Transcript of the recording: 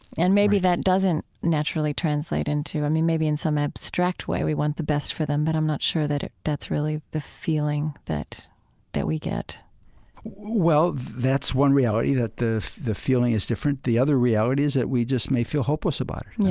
and maybe that doesn't naturally translate into i mean, maybe in some abstract way we want the best for them, but i'm not sure that that's really the feeling that that we get well, that's one reality, that the the feeling is different. the other reality is that we just may feel hopeless about it. and yeah